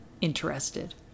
interested